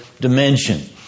dimension